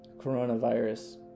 Coronavirus